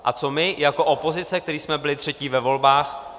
A co my jako opozice, kteří jsme byli třetí ve volbách?